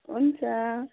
हुन्छ